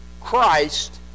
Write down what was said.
Christ